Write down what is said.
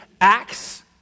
Acts